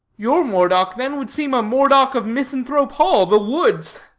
your moredock, then, would seem a moredock of misanthrope hall the woods.